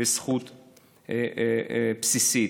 וזכות בסיסית.